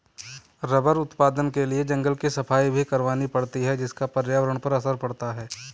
rubber उत्पादन के लिए जंगल की सफाई भी करवानी पड़ती है जिसका पर्यावरण पर असर पड़ता है